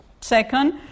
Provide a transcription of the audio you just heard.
Second